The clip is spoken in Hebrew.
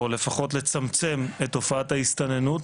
או לפחות לצמצם את תופעת ההסתננות